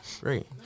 Great